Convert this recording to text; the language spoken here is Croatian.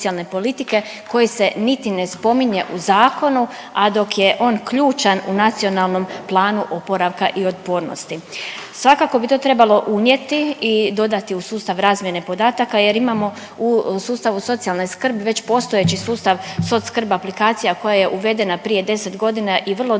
koje se niti ne spominje u zakonu, a dok je on ključan u nacionalnom planu oporavka i otpornosti. Svakako bi to trebalo unijeti i dodati u sustav razmjene podataka jer imamo u sustavu socijalne skrbi već postojeći sustav soc-skrb aplikacija koja je uvedena prije 10 godina i vrlo dobro